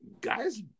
guys